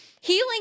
Healing